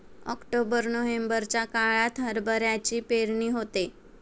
October नोव्हेंबरच्या काळात हरभऱ्याची पेरणी होते